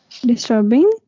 disturbing